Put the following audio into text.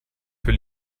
für